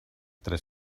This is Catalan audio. tres